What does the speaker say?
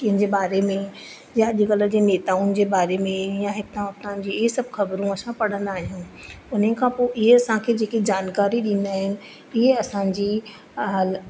कंहिंजे बारे में या अॼुकल्ह जे नेताउन जे बारे में या हितां हुता जी हे सभु ख़बरूं असां पढ़ंदा आहियूं इन खां पोइ ईअं असांखे जेकी जानकारी ॾींदा आहिनि ईअं असांजी हाल